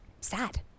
sad